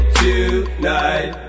tonight